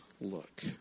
look